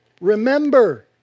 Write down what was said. remember